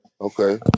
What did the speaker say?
Okay